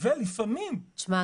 ולפעמים יש גם -- שמע,